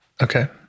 okay